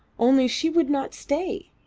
only she would not stay.